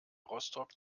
rostock